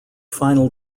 final